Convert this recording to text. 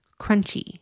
crunchy